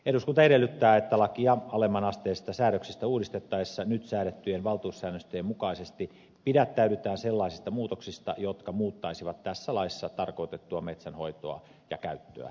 eduskunta edellyttää että lakia alemman asteisia säädöksiä uudistettaessa nyt säädettyjen valtuussäännösten mukaisesti pidättäydytään sellaisista muutoksista jotka muuttaisivat tässä laissa tarkoitettua metsänhoitoa ja käyttöä